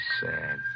sad